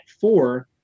four